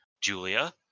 Julia